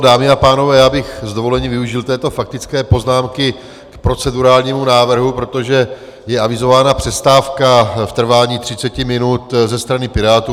Dámy a pánové, já bych s dovolením využil této faktické poznámky k procedurálnímu návrhu, protože je avizována přestávka v trvání 30 minut ze strany Pirátů.